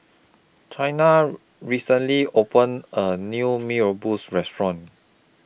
Chynna recently opened A New Mee Rebus Restaurant